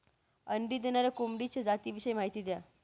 अंडी देणाऱ्या कोंबडीच्या जातिविषयी माहिती द्या